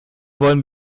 wollen